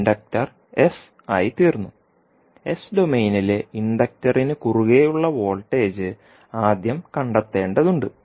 inductor s ആയിത്തീർന്നു S ഡൊമെയ്നിലെ ഇൻഡക്ടറിന് കുറുകെ ഉള്ള വോൾട്ടേജ് ആദ്യം കണ്ടെത്തേണ്ടതുണ്ട്